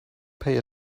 pay